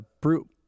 Brute